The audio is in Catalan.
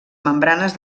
membranes